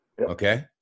Okay